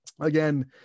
Again